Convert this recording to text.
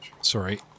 sorry